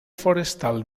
forestal